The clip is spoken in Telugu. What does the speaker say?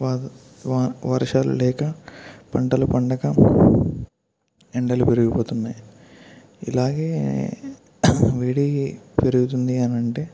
వాగు వా వర్షాలు లేక పంటలు పండక ఎండలు పెరిగిపోతున్నాయి ఇలాగే వేడి పెరుగుతుంది అనంటే